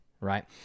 right